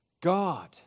God